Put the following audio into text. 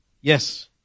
Yes